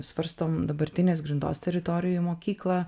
svarstom dabartinės grindos teritorijų mokyklą